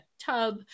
tub